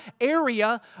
area